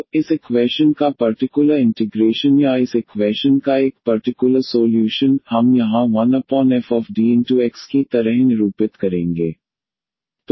तो इस इक्वैशन का पर्टिकुलर इंटिग्रेशन या इस इक्वैशन का एक पर्टिकुलर सोल्यूशन हम यहां 1fDX की तरह निरूपित करेंगे